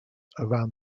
around